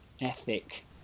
Ethic